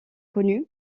connus